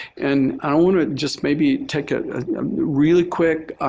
and i want to just maybe take a really quick